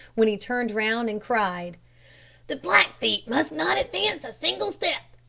when he turned round and cried the blackfeet must not advance a single step.